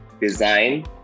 design